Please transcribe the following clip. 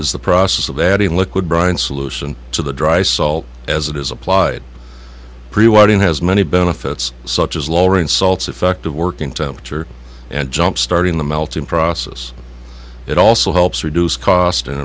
is the process of adding liquid brine solution to the dry salt as it is applied in has many benefits such as lowering salts effective working temperature and jump starting the melting process it also helps reduce cost and